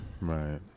right